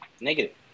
negative